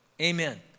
amen